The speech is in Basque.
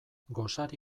gosari